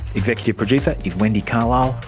executive producer is wendy carlisle.